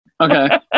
Okay